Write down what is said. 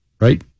Right